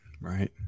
Right